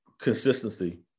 consistency